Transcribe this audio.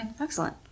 Excellent